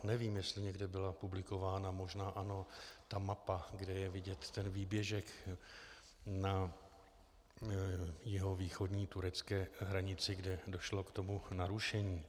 Nevím, jestli někde byla publikována, možná ano, ta mapa, kde je vidět výběžek na jihovýchodní turecké hranici, kde došlo k narušení.